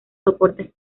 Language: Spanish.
soportes